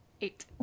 Eight